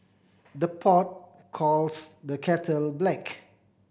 the pot calls the kettle black